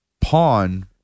pawn